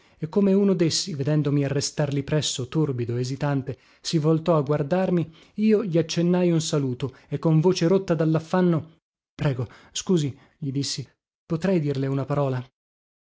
e come uno dessi vedendomi arrestar lì presso torbido esitante si voltò a guardarmi io gli accennai un saluto e con voce rotta dallaffanno prego scusi gli dissi potrei dirle una parola